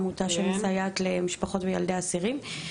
עמותה שמסייעת למשפחות וילדי אסירים.